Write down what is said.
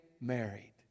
married